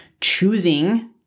choosing